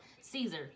Caesar